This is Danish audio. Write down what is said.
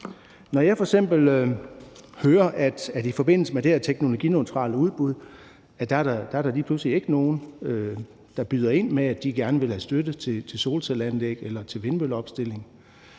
Når jeg f.eks. hører, at der i forbindelse med det her teknologineutrale udbud lige pludselig ikke er nogen, der byder ind med, at de gerne vil have støtte til solcelleanlæg eller til vindmølleopstilling,